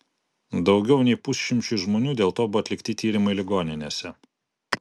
daugiau nei pusšimčiui žmonių dėl to buvo atlikti tyrimai ligoninėse